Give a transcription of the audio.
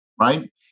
right